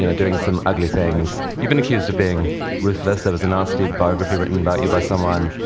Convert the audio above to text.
you know doing some ugly things. you've been accused of being ruthless. there was a nasty biography written about you by someone.